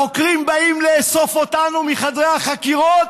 החוקרים באים לאסוף אותנו מחדרי החקירות?